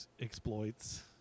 exploits